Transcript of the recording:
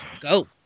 go